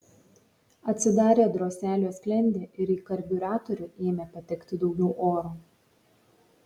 atsidarė droselio sklendė ir į karbiuratorių ėmė patekti daugiau oro